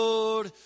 Lord